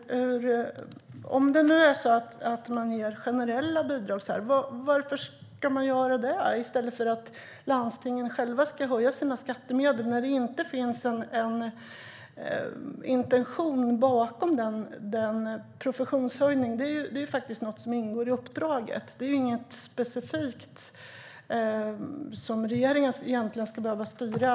Om det nu är så att man ger generella bidrag, varför ska man göra det i stället för att landstingen själva ska öka sina skattemedel? Det finns i det fallet inte någon intention att höja kompetensen inom professionen. Det är något som ingår i uppdraget. Det är inte något specifikt som regeringen ska behöva styra.